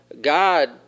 God